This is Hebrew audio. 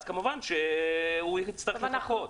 אז כמובן שהוא יצטרך לחכות.